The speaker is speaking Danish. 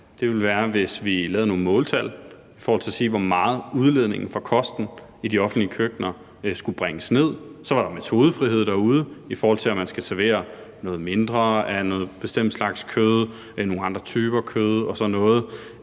ville være, hvis vi lavede nogle måltal i forhold til at se, hvor meget udledningen fra kosten i de offentlige køkkener skulle bringes ned. Så ville der være metodefrihed derude, i forhold til om man skal servere noget mindre af en bestemt slags kød eller nogle andre typer kød og sådan noget.